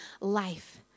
life